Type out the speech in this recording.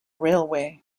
railway